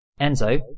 Enzo